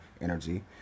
energy